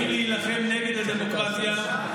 באים להילחם נגד הדמוקרטיה,